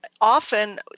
often